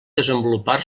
desenvolupar